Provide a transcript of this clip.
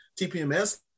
TPMS